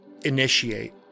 initiate